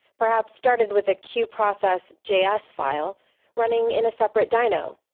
perhaps started with a queueprocess js file running in a separate dyno.